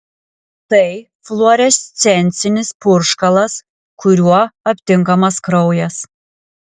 tai fluorescencinis purškalas kuriuo aptinkamas kraujas